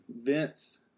vents